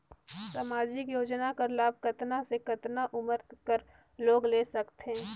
समाजिक योजना कर लाभ कतना से कतना उमर कर लोग ले सकथे?